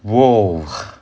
!whoa!